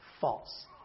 false